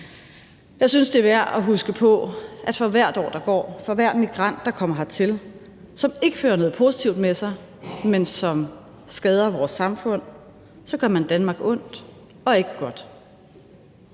Jeg synes, det er værd at huske på, at for hvert år, der går, at for hver migrant, der kommer hertil, som ikke fører noget positivt med sig, men som skader vores samfund, så gør man Danmark ondt og ikke godt.